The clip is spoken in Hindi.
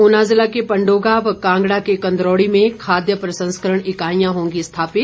ऊना जिला के पंडोगा व कांगड़ा के कंदरौड़ी में खाद्य प्रसंस्करण इकाईयां होगी स्थापित